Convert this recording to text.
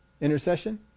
Intercession